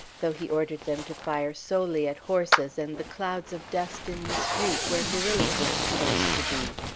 though he ordered them to fire solely at horses, and the clouds of dust in the street, where guerrillas were supposed to be.